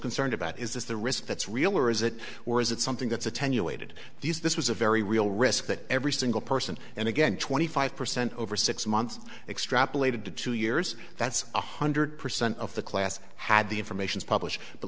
concerned about is this the risk that's real or is it or is it something that's attenuated these this was a very real risk that every single person and again twenty five percent over six months extrapolated to two years that's one hundred percent of the class had the information's published but